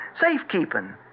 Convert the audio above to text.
safekeeping